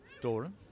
Doran